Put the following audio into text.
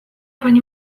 pani